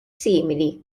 simili